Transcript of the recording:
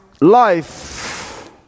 life